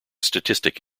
statistic